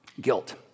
guilt